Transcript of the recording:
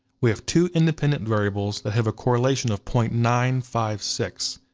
we have two independent variables that have a correlation of point nine five six.